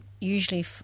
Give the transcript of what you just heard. usually